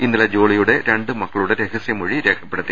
ഇന്നലെ ജോളിയുടെ രണ്ട് മക്കളുടെ രഹസ്യമൊഴി രേഖപ്പെടുത്തി